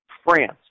France